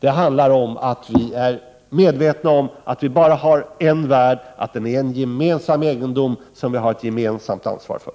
Det handlar om att vi måste vara medvetna om att vi bara har en värld och att den är en gemensam egendom som vi har ett gemensamt ansvar för.